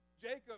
Jacob